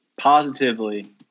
positively